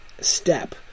step